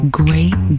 great